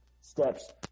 steps